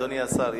אדוני השר,